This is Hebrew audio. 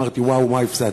אמרתי: וואו, מה הפסדתי.